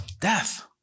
death